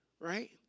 Right